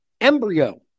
embryo